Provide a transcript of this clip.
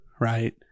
Right